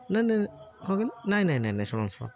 ନାଇଁ ନାଇଁ ନାଇଁ କଣ କହିଲେ ନାଇଁ ନାଇଁ ଶୁଣନ୍ତୁ ଶୁଣନ୍ତୁ